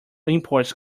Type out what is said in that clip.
imports